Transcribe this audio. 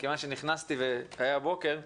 כיוון שנכנסתי והיה בוקר,